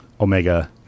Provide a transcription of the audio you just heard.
omega